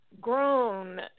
grown